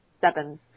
seven